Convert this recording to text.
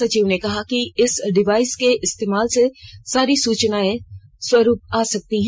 सचिव ने कहा कि इस डिवाइस के इस्तेमाल से सारी सूचनाएं स्वतरू आ सकती है